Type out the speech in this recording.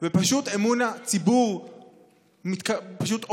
ופשוט אמון הציבור אובד.